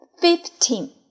fifteen